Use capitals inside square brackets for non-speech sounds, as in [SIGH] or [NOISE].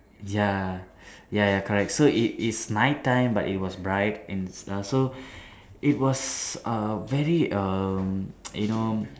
ya ya ya correct so it's it's night time but it was bright and uh so it was uh very uh [NOISE] you know